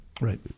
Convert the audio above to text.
Right